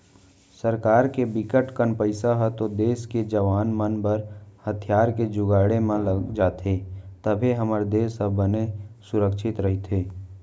सरकार के बिकट कन पइसा ह तो देस के जवाना मन बर हथियार के जुगाड़े म लग जाथे तभे हमर देस ह बने सुरक्छित रहिथे